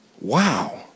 Wow